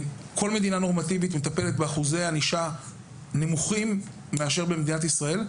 כל מדינה נורמטיבית מטפלת באחוזי ענישה נמוכים מאלה שבמדינת ישראל,